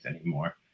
anymore